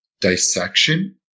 dissection